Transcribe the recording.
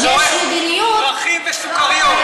הוא זורק פרחים וסוכריות.